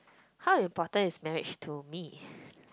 how important is marriage to me